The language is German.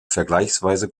vergleichsweise